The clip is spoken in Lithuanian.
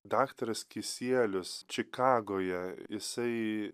daktaras kisielius čikagoje jisai